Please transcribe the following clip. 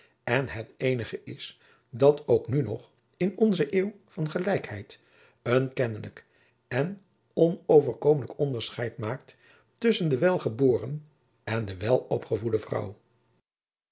en het eenige is dat ook nu nog in onze eeuw van gelijkheid een kennelijk en on overkomelijk onderscheid maakt tusschen de welgeboren en de welopgevoedde vrouw